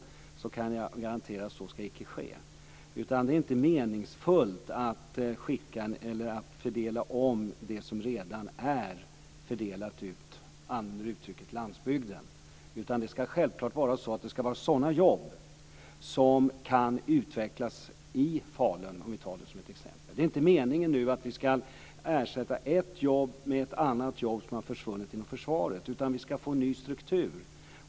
Jag kan garantera att så icke ska ske. Det är inte meningsfullt att fördela om det som redan är fördelat ut på "landsbygden". Det ska vara fråga om jobb som kan utvecklas i Falun. Det är inte meningen att ersätta ett jobb som har försvunnit inom försvaret med ett annat jobb, utan det är fråga om att skapa en ny struktur.